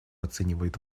оценивает